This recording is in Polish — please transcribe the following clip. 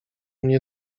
nie